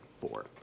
Four